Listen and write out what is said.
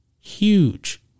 huge